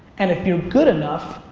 and if you're good enough,